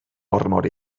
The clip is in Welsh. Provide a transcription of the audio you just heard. ormod